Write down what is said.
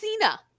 Cena